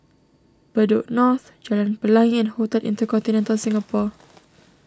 Bedok North Jalan Pelangi and Hotel Intercontinental Singapore